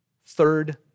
third